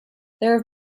there